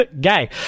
gay